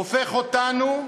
הופך אותנו,